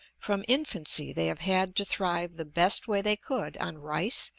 from infancy they have had to thrive the best way they could on rice,